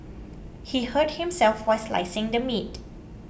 he hurt himself while slicing the meat